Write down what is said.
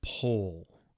pull